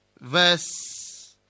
verse